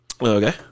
Okay